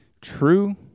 true